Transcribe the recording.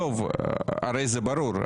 הרי זה ברור.